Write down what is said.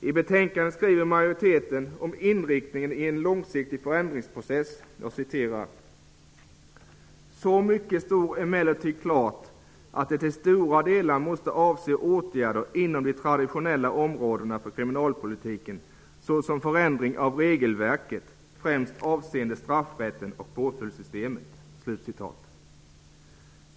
I betänkandet skriver majoriteten följande om inriktningen av en långsiktig förändringsprocess: Så mycket står emellertid klart, att den till stora delar måste avse åtgärder inom de traditionella områdena för kriminalpolitiken såsom förändring av regelverket, främst avseende straffrätten och påföljdssystemet.